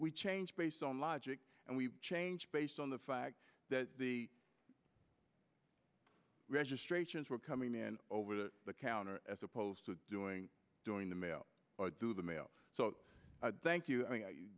we change based on logic and we change based on the fact that the registrations were coming in over the counter as opposed to doing during the mail through the mail so thank you